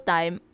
Time